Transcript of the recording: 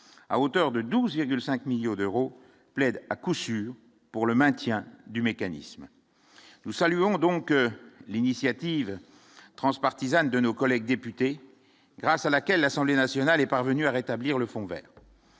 à hauteur de 12 5 millions d'euros plaide à coup sûr pour le maintien du mécanisme nous saluons donc l'initiative transpartisane de nos collègues députés grâce à laquelle l'Assemblée nationale, est parvenu à rétablir le fonds Vert